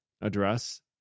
address